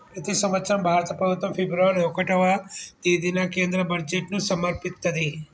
ప్రతి సంవత్సరం భారత ప్రభుత్వం ఫిబ్రవరి ఒకటవ తేదీన కేంద్ర బడ్జెట్ను సమర్పిత్తది